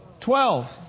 Twelve